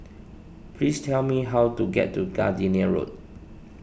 please tell me how to get to Gardenia Road